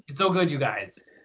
it's so good, you guys.